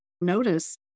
notice